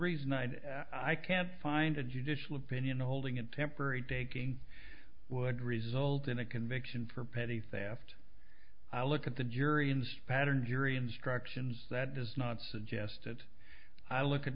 reason i can't find a judicial opinion holding a temporary day king would result in a conviction for petty theft look at the jury and spatter jury instructions that does not suggested i look at